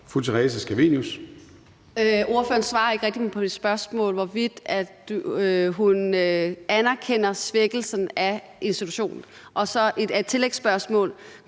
Theresa Scavenius (ALT): Ordføreren svarer ikke rigtig på mit spørgsmål om, hvorvidt hun anerkender svækkelsen af institutionen. Så har jeg en ting mere.